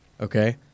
okay